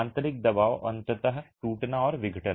आंतरिक दबाव और अंततः टूटना और विघटन